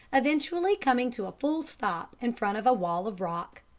eventually coming to a full stop in front of a wall of rock.